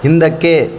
ಹಿಂದಕ್ಕೆ